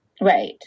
Right